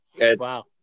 Wow